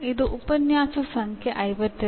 ಇದು ಉಪನ್ಯಾಸ ಸಂಖ್ಯೆ 52